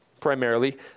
primarily